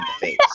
face